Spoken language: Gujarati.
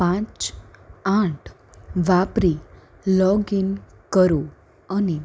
પાંચ આઠ વાપરી લોગિન કરો અને